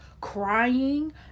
crying